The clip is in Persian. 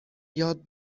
یاد